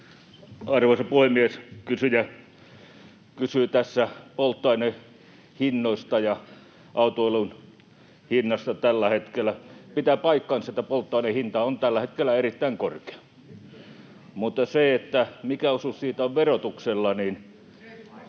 Arvoisa puhemies! Kysyjä kysyy tässä polttoainehinnoista ja autoilun hinnasta tällä hetkellä. Pitää paikkansa, että polttoaineen hinta on tällä hetkellä erittäin korkea. [Oikealta: Niinkö?] Mutta mikä osuus siitä on verotuksella?